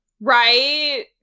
right